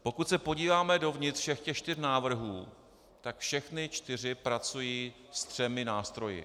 Pokud se podíváme dovnitř všech čtyř návrhů, tak všechny čtyři pracují se třemi nástroji.